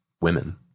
women